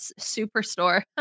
Superstore